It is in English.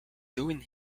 doing